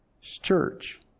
church